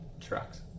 Trucks